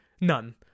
None